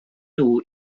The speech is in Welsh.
nhw